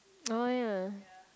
oh yea